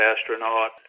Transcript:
astronaut